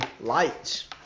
lights